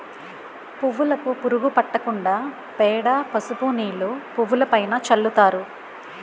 పువ్వులుకు పురుగు పట్టకుండా పేడ, పసుపు నీళ్లు పువ్వులుపైన చల్లుతారు